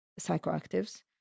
psychoactives